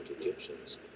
Egyptians